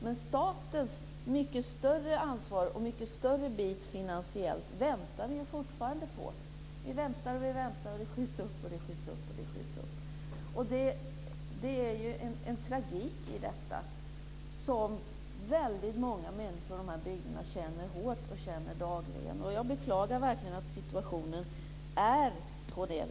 Men statens större ansvar och mycket större finansiella del väntar vi ju fortfarande på. Vi väntar och väntar, och det skjuts upp och skjuts upp. Det finns ju en tragik i detta som väldigt många människor i de här bygderna känner hårt och dagligen. Jag beklagar verkligen att situationen är sådan.